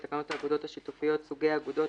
לתקנות האגודות השיתופיות (סוגי אגודות),